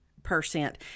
percent